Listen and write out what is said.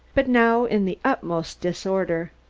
but now in the utmost disorder.